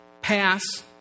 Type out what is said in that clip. pass